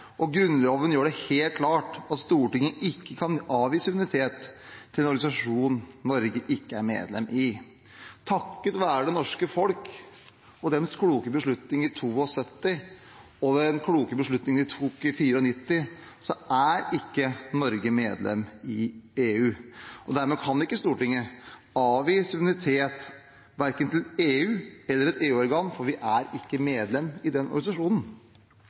enhver. Grunnloven gjør det helt klart at Stortinget ikke kan avgi suverenitet til en organisasjon Norge ikke er medlem i. Takket være det norske folk og den kloke beslutning vi tok i 1972, og den kloke beslutning vi tok i 1994, er ikke Norge medlem i EU. Dermed kan ikke Stortinget avgi suverenitet verken til EU eller et EU-organ, for vi er ikke medlem i den organisasjonen.